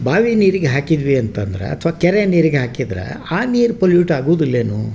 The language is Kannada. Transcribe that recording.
ಬಾವಿ ನೀರಿಗೆ ಹಾಕಿದ್ವಿ ಅಂತಂದ್ರೆ ಅಥ್ವಾ ಕೆರೆ ನೀರಿಗೆ ಹಾಕಿದ್ರೆ ಆ ನೀರು ಪೊಲ್ಯೂಟ್ ಆಗುದಿಲ್ವೇನು